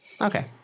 Okay